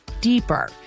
deeper